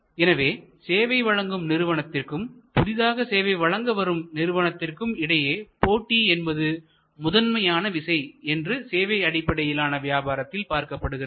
எனவே சேவையை வழங்கும் நிறுவனத்திற்கும் புதிதாக சேவை வழங்க வரும் நிறுவனத்திற்கும் இடையேயான போட்டி என்பது முதன்மையான விசை என்று சேவை அடிப்படையிலான வியாபாரத்தில் பார்க்கப்படுகிறது